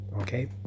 Okay